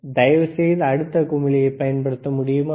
தயவுசெய்து அடுத்த குமிழியைப் பயன்படுத்த முடியுமா